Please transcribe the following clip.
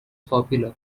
popular